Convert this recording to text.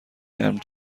امر